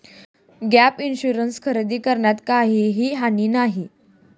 gap insurance खरेदी करण्यात कोणतीही हानी नाही